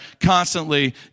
constantly